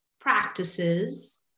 practices